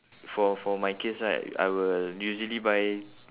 for for my case right I will usually buy